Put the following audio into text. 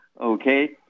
Okay